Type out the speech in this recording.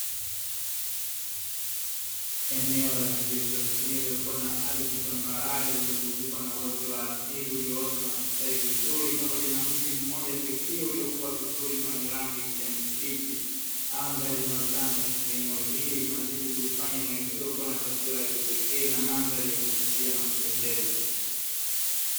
Eneo la kijiografia lililokuwa na ardhi tambarare iliyozungukwa na uoto wa asili ulioota na kustawi vizuri, pamoja na mti mmoja pekee uliokuwa vizuri na wenye rangi kijani kibichi; anga linalotanda katika eneo hili kunazidi kulifanya neno hilo kuwa na taswira ya kipekee na mandhari ya kuvutia na kupendeza.